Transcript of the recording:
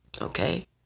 okay